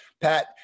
Pat